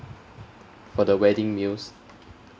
for the wedding meals